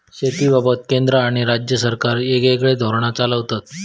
शेतीबाबत केंद्र आणि राज्य सरकारा येगयेगळे धोरण चालवतत